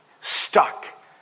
stuck